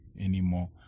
anymore